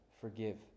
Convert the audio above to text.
forgive